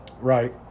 Right